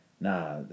Nah